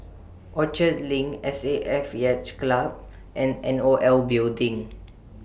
Orchard LINK S A F Yacht Club and N O L Building